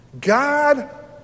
God